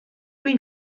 been